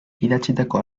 idatzitako